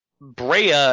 Brea